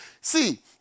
See